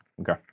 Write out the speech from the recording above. Okay